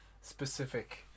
specific